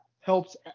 helps